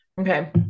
okay